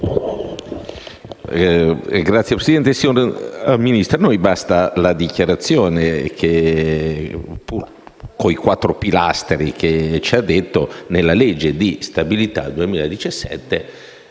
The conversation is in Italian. BARANI *(AL-A)*. Signor Ministro, a noi basta la dichiarazione che, con i quattro pilastri che ci ha detto, nella legge di stabilità 2017,